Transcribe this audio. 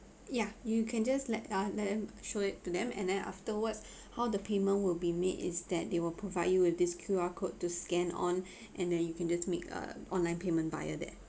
ya you can just let ah let them show it to them and then afterwards how the payment will be made is that they will provide you with this Q_R code to scan on and then you can just make a online payment via that